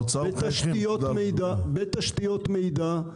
בתשתיות מידע,